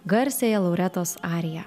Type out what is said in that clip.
garsiąją lauretos ariją